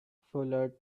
fuller